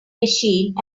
machine